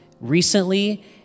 recently